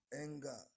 anger